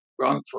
wrongful